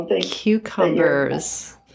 cucumbers